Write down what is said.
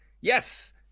yes